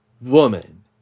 woman